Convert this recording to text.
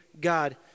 God